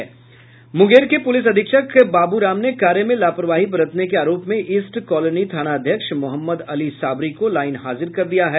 वहीं मुंगेर के पूलिस अधीक्षक बाबू राम ने कार्य में लापरवाही बरतने के आरोप में ईस्ट कोलोनी थानाध्यक्ष मोहम्मद अली साबरी को लाईन हाजिर कर दिया है